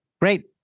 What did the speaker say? Great